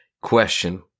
question